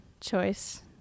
choice